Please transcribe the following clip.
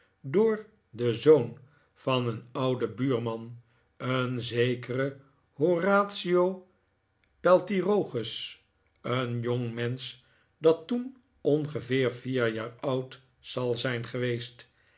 door den zoon van een ouden buurman een zekeren horatio peltirogus een jongmensch dat toen ongeveer vier jaar oud zal zijn geweest